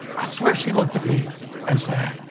i swear she looked at me and said,